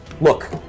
look